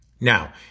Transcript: Now